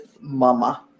mama